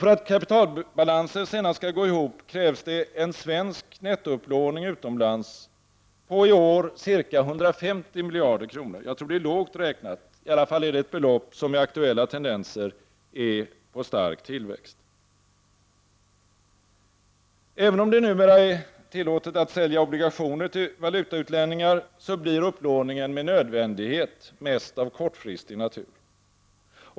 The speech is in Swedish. För att kapitalbalansen skall gå ihop krävs det därmed en svensk nettoupplåning utomlands på i år ca 150 miljarder kronor — ett belopp som med aktuella tendenser är på stark tillväxt. Även om det numera är tillåtet att sälja obligationer till valutautlänningar, blir upplåningen med nödvändighet mest av kortfristig natur.